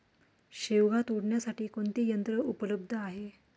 शेवगा तोडण्यासाठी कोणते यंत्र उपलब्ध आहे?